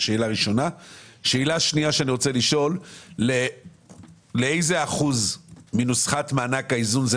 שאלה שנייה שאני רוצה לשאול היא לאיזה אחוז מנוסחת מענק האיזון זה